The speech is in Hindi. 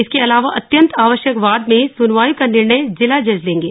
इसके अलावा अत्यंत आवश्यक वाद में सुनवाई का निर्णय जिला जज लेंगे